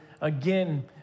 again